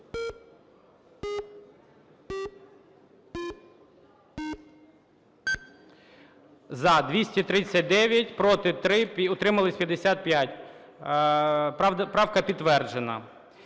За-239 Проти – 3, утримались – 55. Правка підтверджена.